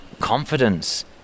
confidence